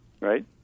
right